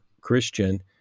Christian